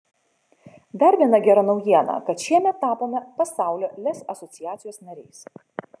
dar viena gera naujiena kad šiemet tapome pasaulio lez asociacijos nariais